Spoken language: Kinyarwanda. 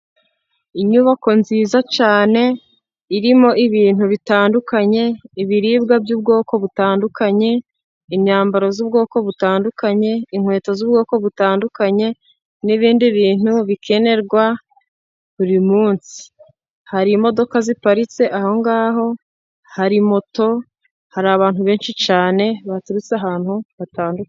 Inyubako nziza cyane irimo ibintu bitandukanye, ibiribwa by'ubwoko butandukanye. Imyambaro y'ubwoko butandukanye. Inkweto z'ubwoko butandukanye n'ibindi bintu bikenerwa buri munsi, hari imodoka iparitse aho ngaho, hari moto hari abantu benshi cyane baturutse ahantu hatandukanye.